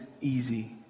easy